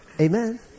Amen